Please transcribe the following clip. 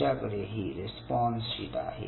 तुमच्याकडे ही response sheet आहे